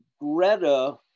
Greta